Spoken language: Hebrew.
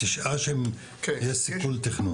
תשעה שיש סיכול תכנון?